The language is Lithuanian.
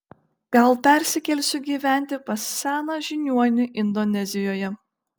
gal persikelsiu gyventi pas seną žiniuonį indonezijoje